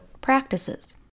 practices